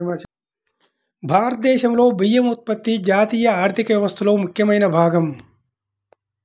భారతదేశంలో బియ్యం ఉత్పత్తి జాతీయ ఆర్థిక వ్యవస్థలో ముఖ్యమైన భాగం